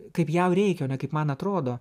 kaip jam reikia o ne kaip man atrodo